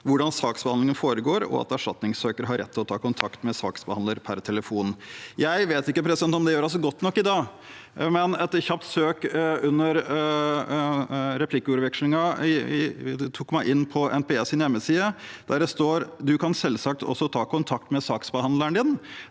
hvordan saksbehandlingen foregår, og at erstatningssøker har rett til å ta kontakt med saksbehandler per telefon». Jeg vet ikke om det gjøres godt nok i dag, men et kjapt søk under replikkvekslingen tok meg inn på NPEs hjemmeside, der det står: «Du kan selvsagt også ta kontakt med saksbehandleren din,